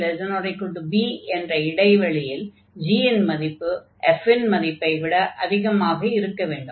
ax≤b என்ற இடைவெளியில் g இன் மதிப்பு f இன் மதிப்பை விட அதிகமாக இருக்க வேண்டும்